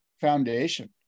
foundation